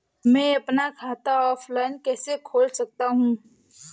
मैं अपना खाता ऑफलाइन कैसे खोल सकता हूँ?